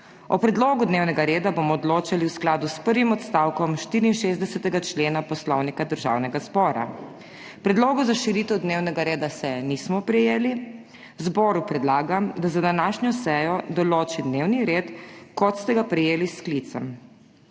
O predlogu dnevnega reda bomo odločali v skladu s prvim odstavkom 64. člena Poslovnika Državnega zbora. Predlogov za širitev dnevnega reda seje nismo prejeli. Zboru predlagam, da za današnjo sejo določi dnevni red, kot ste ga prejeli s sklicem.